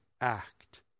act